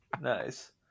Nice